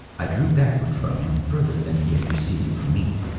i drew back ward from him further than he had receded from me.